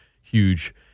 huge